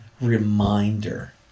reminder